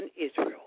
Israel